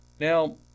Now